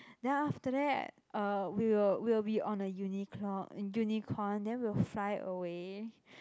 then after that uh we will we'll be on a uniclou~ in unicorn then we'll fly away